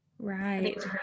Right